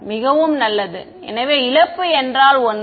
மாணவர் மிகவும் நல்லது எனவே இழப்பு என்றால் ஒன்று